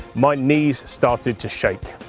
my knees started to shake.